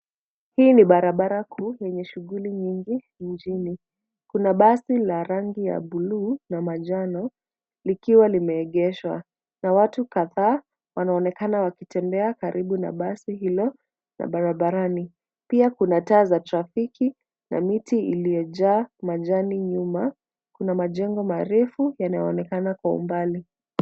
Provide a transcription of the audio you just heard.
Hii ni barabara kuu yenye shughuli nyingi mjini. Kuna basi la rangi ya buluu na manjano likiwa limeegeshwa na watu kadhaa wanaonekana wakitembea karibu na basi hilo, na barabarani pia kuna taa za trafiki na miti iliyojaa majani. Nyuma kuna majengo marefu yanayoonekana kwa umbali.